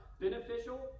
Beneficial